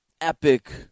epic